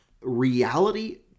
reality